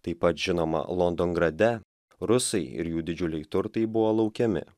taip pat žinoma londongrade rusai ir jų didžiuliai turtai buvo laukiami